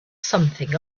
something